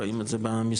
רואים את זה במספרים.